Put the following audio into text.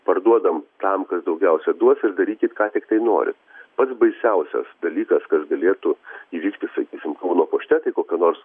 parduodam tam kas daugiausia duos ir darykit ką tiktai norit pats baisiausias dalykas kas galėtų įvykti sakysim kauno pašte tai kokia nors